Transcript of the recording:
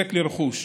היזק לרכוש.